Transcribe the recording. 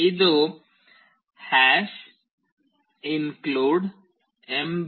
ಇದು include mbed